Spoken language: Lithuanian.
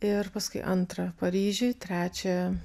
ir paskui antrą paryžiui trečią